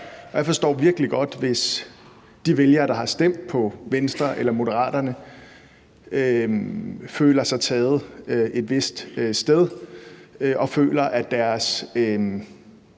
Jeg forstår virkelig godt, hvis de vælgere, der har stemt på Venstre eller Moderaterne, føler sig taget et vist sted og føler, at deres